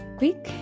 quick